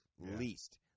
Least